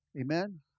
Amen